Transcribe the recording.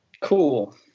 Cool